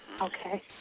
Okay